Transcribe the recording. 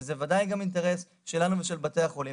גם של בתי החולים